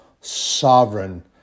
Sovereign